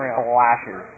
flashes